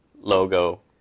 logo